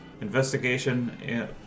Investigation